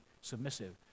submissive